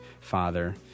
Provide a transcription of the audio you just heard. Father